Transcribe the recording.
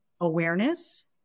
awareness